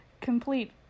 complete